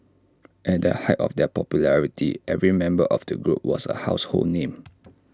at the height of their popularity every member of the group was A household name